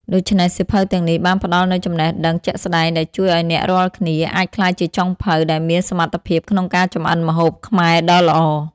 ដូច្នេះ សៀវភៅទាំងនេះបានផ្ដល់នូវចំណេះដឹងជាក់ស្ដែងដែលជួយឲ្យអ្នករាល់គ្នាអាចក្លាយជាចុងភៅដែលមានសមត្ថភាពក្នុងការចម្អិនម្ហូបខ្មែរដ៏ល្អ។